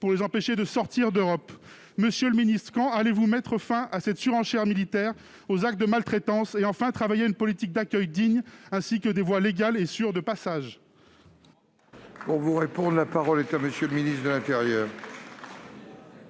pour les empêcher de sortir d'Europe ! Monsieur le ministre, quand allez-vous mettre fin à cette surenchère militaire, aux actes de maltraitance, et enfin travailler à une politique d'accueil digne ainsi qu'à la création de voies légales et sûres de passage ? La parole est à M. le ministre de l'intérieur.